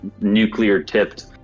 nuclear-tipped